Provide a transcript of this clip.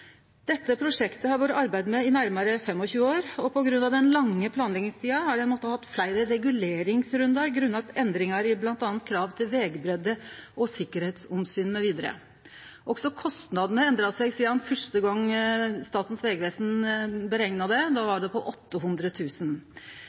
Dette prosjektet har det vore arbeidd med i nærare 25 år, og på grunn av den lange planleggingstida har ein mått hatt fleire reguleringsrundar grunna endringar i m.a. krav til vegbreidde og sikkerheitsomsyn, mv. Også kostnadene har endra seg sidan fyrste gong Statens vegvesen berekna det.